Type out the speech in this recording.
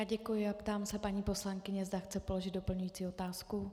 Já děkuji a ptám se paní poslankyně, zda chce položit doplňující otázku.